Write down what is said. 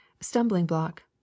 stumbling-block